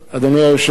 אדוני היושב-ראש,